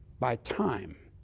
by time.